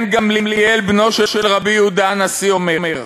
רבן גמליאל, בנו של רבי יהודה הנשיא, אומר: